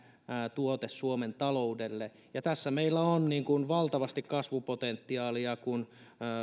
tuote suomen taloudelle tässä meillä on valtavasti kasvupotentiaalia kun